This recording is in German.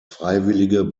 freiwillige